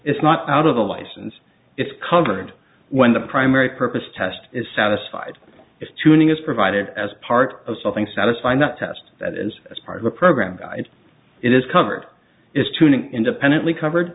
it's not out of the license it's covered when the primary purpose test is satisfied if tuning is provided as part of something satisfy not test that is as part of a program and it is covered is tuning independently covered